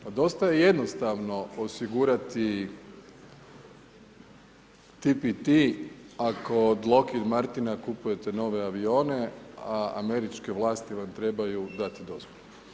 Pa dosta je jednostavno osigurati ti pi ti ako od Lokin Martina kupujete nove avione, a američke vlasti vam trebaju dati dozvolu.